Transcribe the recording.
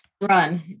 run